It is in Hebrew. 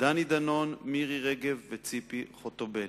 דני דנון, מירי רגב וציפי חוטובלי.